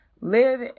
live